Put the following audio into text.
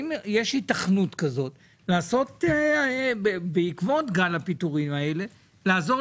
כדי לעזור למפעלים שלא יקרסו בעקבות גל הפיטורים הזה.